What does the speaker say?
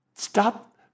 Stop